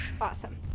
Awesome